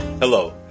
Hello